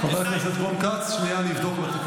חבר הכנסת רון כץ, שנייה, אני אבדוק.